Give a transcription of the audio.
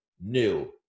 New